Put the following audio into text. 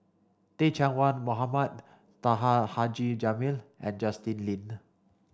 Teh Cheang Wan Mohamed Taha Haji Jamil and Justin Lean